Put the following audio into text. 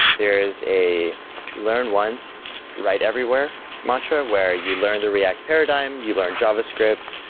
there is a learn once right everywhere mantra, where you learn the react paradigm, you learn javascript,